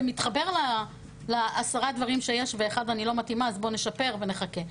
זה מתחבר לעשרה דברים שיש ואחד אני לא מתאימה אז בואו נשפר ונחכה.